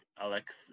Alex